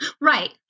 Right